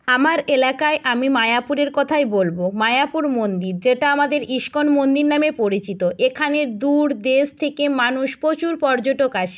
আমার এলাকায় আমি মায়াপুরের কথাই বলবো মায়াপুর মন্দির যেটা আমাদের ইস্কন মন্দির নামে পরিচিত এখানে দূর দেশ থেকে মানুষ প্রচুর পর্যটক আসে